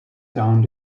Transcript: downtown